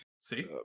See